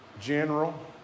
general